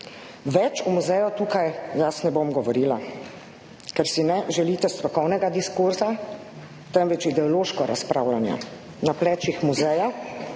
Več o muzeju tukaj jaz ne bom govorila, ker si ne želite strokovnega diskurza, temveč ideološko razpravljanje na plečih muzeja,